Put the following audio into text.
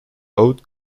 haute